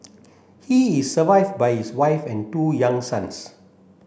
he is survived by his wife and two young sons